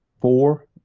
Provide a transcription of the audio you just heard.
four